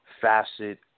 facet